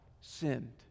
sinned